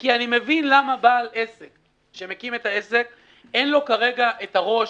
כי אני מבין למה בעל עסק שמקים את העסק אין לו כרגע את הראש,